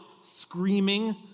screaming